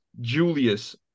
Julius